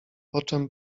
poczem